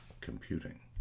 Computing